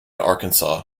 arkansas